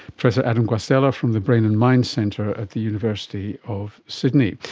professor adam guastella from the brain and mind centre at the university of sydney.